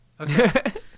okay